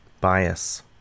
bias